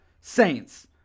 Saints